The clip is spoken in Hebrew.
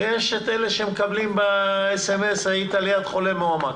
ויש את אלה שמקבלים הודעה בסמ"ס: היית ליד חולה מאומת,